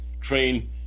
train